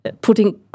putting